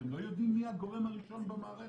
אתם לא יודעים מי הגורם הראשון במערכת.